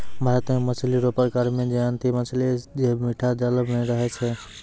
भारत मे मछली रो प्रकार मे जयंती मछली जे मीठा जल मे रहै छै